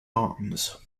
arms